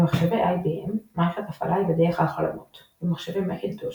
במחשבי IBM מערכת ההפעלה היא בדרך כלל חלונות; במחשבי מקינטוש